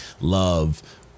love